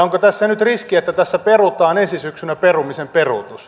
onko tässä nyt riski että tässä perutaan ensi syksynä perumisen peruutus